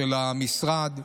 של המשרד,